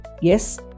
Yes